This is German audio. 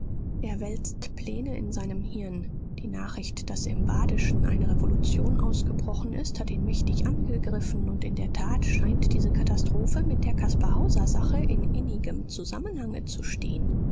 er wälzt pläne in seinem hirn die nachricht daß im badischen eine revolution ausgebrochen ist hat ihn mächtig angegriffen und in der tat scheint diese katastrophe mit der caspar hauser sache in innigem zusammenhange zu stehen